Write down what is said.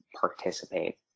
participate